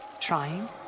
Trying